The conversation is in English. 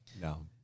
No